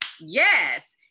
Yes